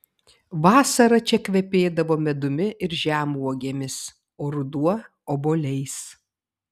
vasara čia kvepėdavo medumi ir žemuogėmis o ruduo obuoliais